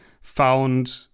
found